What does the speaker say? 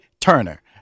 Turner